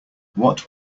what